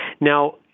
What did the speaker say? Now